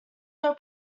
were